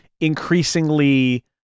increasingly